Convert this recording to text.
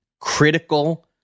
critical